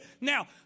Now